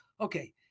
okay